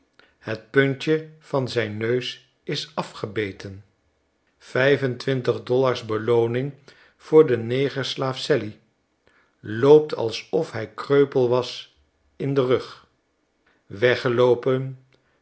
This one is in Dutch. het puntje van zijn neus is afgebeten vijf en twintig dollars belooning voor den negeislaaf sally loopt alsof hij kreupel was in den rug weggeloopen